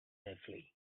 safely